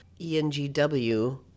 ENGW